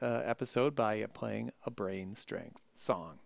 g episode by playing a brain strength song